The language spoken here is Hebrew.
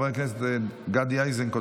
חבר הכנסת גדי איזנקוט,